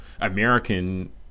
American